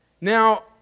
now